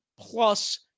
Plus